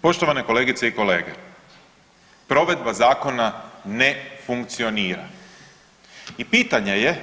Poštovane kolegice i kolege, provedba zakona ne funkcionira i pitanje je